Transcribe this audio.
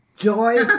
Joy